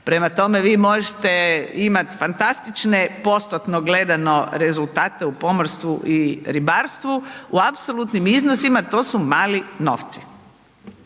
Prema tome, vi možete imati fantastične postotno gledano rezultate u pomorstvu i ribarstvu, u apsolutnim iznosima, to su mali novci.